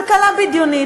כלכלה בדיונית.